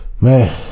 Man